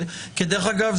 כי דרך אגב,